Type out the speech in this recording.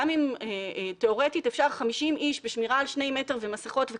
גם אם תיאורטית אפשר 50 איש בשמירה על שני מטר ומסכות,